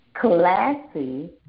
classy